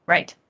Right